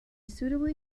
suitably